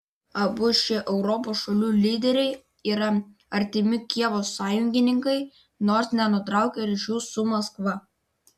abu šie europos šalių lyderiai yra artimi kijevo sąjungininkai nors nenutraukia ryšių su maskva